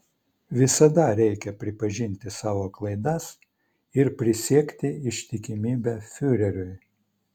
visada reikia pripažinti savo klaidas ir prisiekti ištikimybę fiureriui